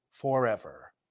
forever